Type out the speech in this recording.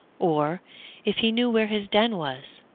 or if he knew where his den was.